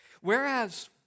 Whereas